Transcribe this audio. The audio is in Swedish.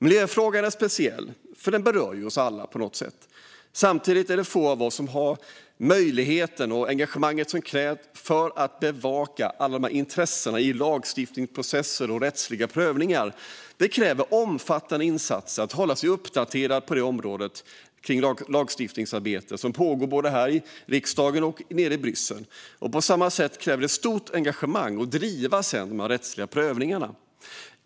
Miljöfrågan är speciell eftersom den berör oss alla. Samtidigt är det få av oss som har möjlighet att ha det engagemang som krävs för att bevaka allas intressen i lagstiftningsprocesser och rättsliga prövningar. Det kräver omfattande insatser att hålla sig uppdaterad när det gäller det lagstiftningsarbete som pågår både här i riksdagen och i Bryssel. På samma sätt kräver det ett stort engagemang att driva en rättslig prövning.